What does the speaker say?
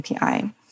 API